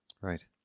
Right